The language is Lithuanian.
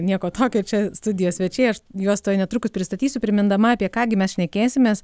nieko tokio čia studijos svečiai aš juos tuoj netrukus pristatysiu primindama apie ką gi mes šnekėsimės